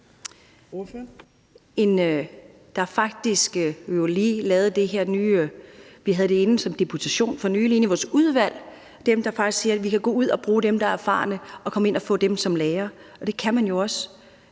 havde vi en deputation inde i vores udvalg – altså dem, der faktisk siger, at vi kan gå ud og bruge dem, der er erfarne, og få dem som lærere. Og det kan man jo også.